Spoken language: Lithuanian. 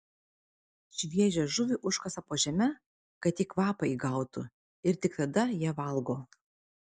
šviežią žuvį užkasa po žeme kad ji kvapą įgautų ir tik tada ją valgo